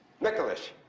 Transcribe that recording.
Nicholas